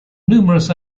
numerous